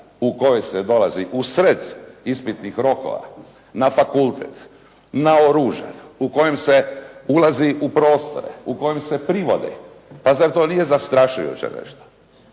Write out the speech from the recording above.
u kojoj se dolazi u sred ispitnih rokova na fakultet naoružan u kojem se ulazi u prostore u kojem se privode, pa zar to nije zastrašujuće nešto.